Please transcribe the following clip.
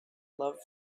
love